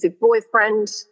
boyfriend